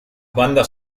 bandas